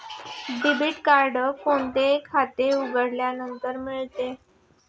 Debit card कोणते खाते उघडल्यानंतर मिळते?